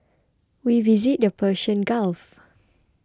we visited the Persian Gulf